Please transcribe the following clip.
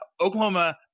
Oklahoma